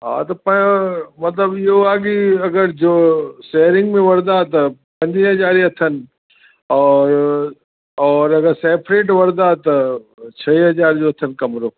हा त पियो मतिलबु इहो आहे की अगरि जो शेयरिंग में वठंदा त पंज हज़ार अथनि औरि औरि अगरि सेपरेट वठंदा त छह हज़ार जो अथनि कमरो